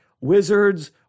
wizards